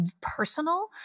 personal